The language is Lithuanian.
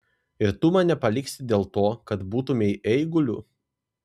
ir tu mane paliksi dėl to kad būtumei eiguliu